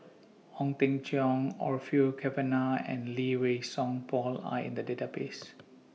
Ong Teng Cheong Orfeur Cavenagh and Lee Wei Song Paul Are in The Database